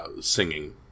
Singing